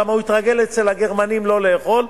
כי הוא התרגל אצל הגרמנים לא לאכול,